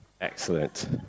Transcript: Excellent